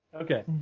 Okay